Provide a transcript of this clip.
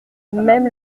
même